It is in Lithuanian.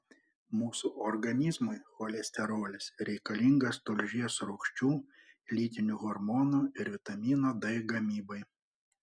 mūsų organizmui cholesterolis reikalingas tulžies rūgščių lytinių hormonų ir vitamino d gamybai